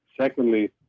Secondly